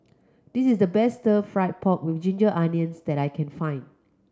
this is the best Stir Fried Pork With Ginger Onions that I can find